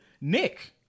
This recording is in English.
Nick